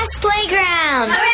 playground